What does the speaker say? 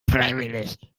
freiwillig